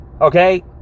okay